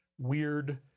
weird